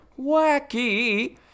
Wacky